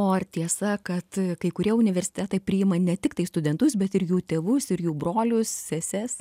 o ar tiesa kad kai kurie universitetai priima ne tik tai studentus bet ir jų tėvus ir jų brolius seses